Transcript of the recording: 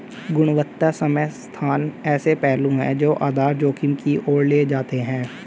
गुणवत्ता समय स्थान ऐसे पहलू हैं जो आधार जोखिम की ओर ले जाते हैं